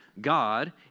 God